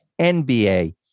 NBA